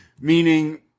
meaning